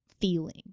feeling